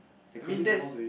I mean that's